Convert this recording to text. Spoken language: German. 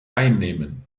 einnehmen